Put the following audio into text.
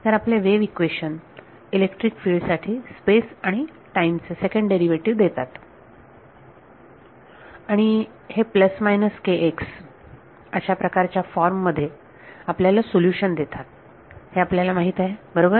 तर आपले wave equation electric field साठी स्पेस आणि टाईम चे सेकंड डेरिवेटिव्ह देतात आणि हे अशा प्रकारच्या फॉर्म मध्ये आपल्याला सोल्युशन देतात हे आपल्याला माहीत आहे बरोबर